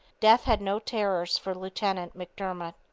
death had no terrors for lieutenant mcdermott.